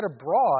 abroad